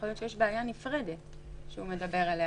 יכול להיות שיש כאן בעיה נפרדת שהוא מדבר עליה,